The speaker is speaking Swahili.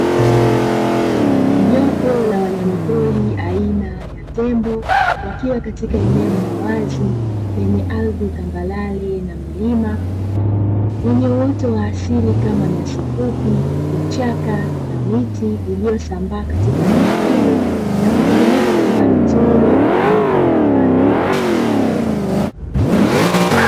Jopo la wanyama pori aina ya tembo wakiwa katika eneo la wazi, lenye ardhi tambarare na milima lenye uoto wa asili kama nyasi fupi, vichaka na miti iliyosambaa katika eneo hilo na kutengeneza mandhari nzuri kwaajili ya hifadhi ya wanyama pori.